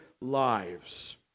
lives